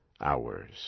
hours